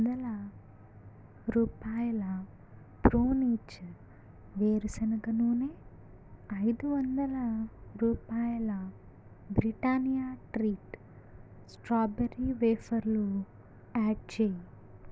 తొమ్మిది వందల రూపాయల ప్రో నేచర్ వేరుశనగ నూనె ఐదు వందల రూపాయల బ్రిటానియా ట్రీట్ స్ట్రాబెర్రీ వేఫర్లు యాడ్ చేయి